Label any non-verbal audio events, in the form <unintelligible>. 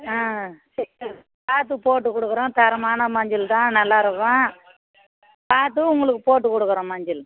ஆ <unintelligible> பார்த்து போட்டுக்கொடுக்குறேன் தரமான மஞ்சள் தான் நல்லாயிருக்கும் பார்த்து உங்களுக்கு போட்டுக்கொடுக்குறேன் மஞ்சள்